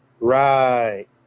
Right